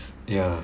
ya